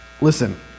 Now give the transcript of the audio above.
listen